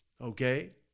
okay